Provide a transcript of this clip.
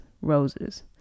roses